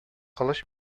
кылыч